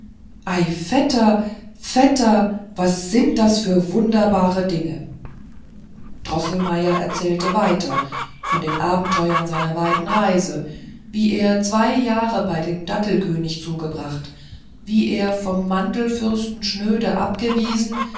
vetter vetter was sind das für wunderbare dinge droßelmeier erzählte weiter von den abenteuern seiner weiten reise wie er zwei jahre bei dem dattelkönig zugebracht wie er vom mandelfürsten schnöde abgewiesen